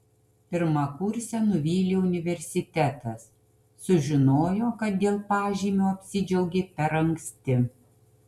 pirmakursę nuvylė universitetas sužinojo kad dėl pažymio apsidžiaugė per anksti